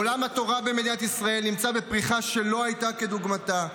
עולם התורה במדינת ישראל נמצא בפריחה שלא הייתה כדוגמתה.